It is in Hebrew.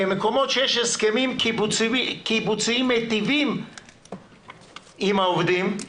במקומות שיש הסכמים קיבוציים מיטיבים עם העובדים,